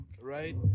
right